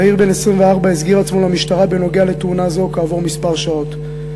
צעיר בן 24 הסגיר עצמו למשטרה בנוגע לתאונה זו כעבור כמה שעות.